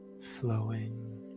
flowing